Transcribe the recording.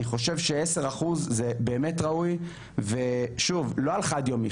חושב שעשר אחוז זה באמת ראוי ושוב לא על חד יומי,